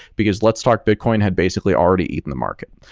because let's start bitcoin had basically already eaten the market,